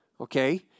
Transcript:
okay